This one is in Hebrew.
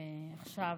ועכשיו,